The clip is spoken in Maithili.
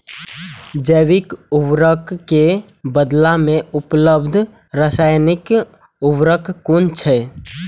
जैविक उर्वरक के बदला में उपलब्ध रासायानिक उर्वरक कुन छै?